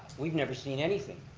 we've never seen anything.